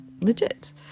legit